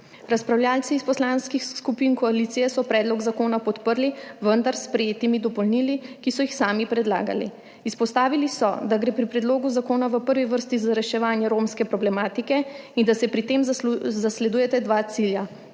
Razpravljavci iz poslanskih skupin koalicije so predlog zakona podprli, vendar s sprejetimi dopolnili, ki so jih sami predlagali. Izpostavili so, da gre pri predlogu zakona v prvi vrsti za reševanje romske problematike in da se pri tem zasledujeta dva cilja.